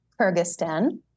Kyrgyzstan